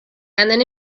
then